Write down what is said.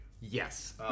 Yes